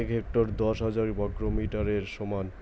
এক হেক্টর দশ হাজার বর্গমিটারের সমান